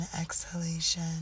exhalation